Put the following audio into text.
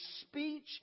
speech